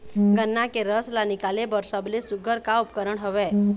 गन्ना के रस ला निकाले बर सबले सुघ्घर का उपकरण हवए?